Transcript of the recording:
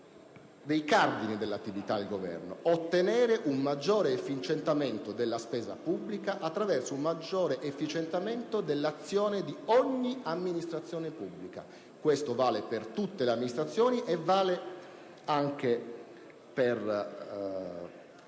dei cardini dell'attività di Governo. Si vuole cioè ottenere un maggiore efficientamento della spesa pubblica attraverso un maggiore efficientamento dell'azione di ogni amministrazione pubblica. Questo vale per tutte le amministrazioni e anche per